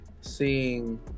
seeing